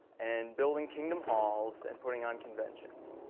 and building kingdom halls and putting on conventions.